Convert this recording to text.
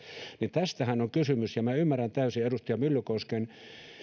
tästähän on kysymys minä ymmärrän täysin edustaja myllykosken